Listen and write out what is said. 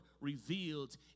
revealed